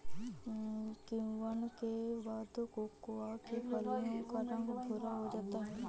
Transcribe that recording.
किण्वन के बाद कोकोआ के फलियों का रंग भुरा हो जाता है